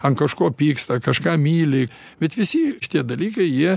ant kažko pyksta kažką myli bet visi šitie dalykai jie